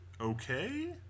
okay